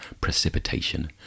precipitation